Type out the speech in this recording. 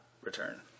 return